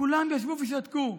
כולם ישבו ושתקו.